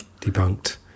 debunked